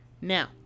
Now